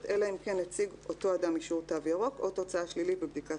אלא אם הציג אותו אדם אישור "תו ירוק" או תוצאה שלילית בבדיקת